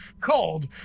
called